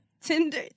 Tinder